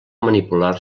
manipular